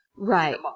Right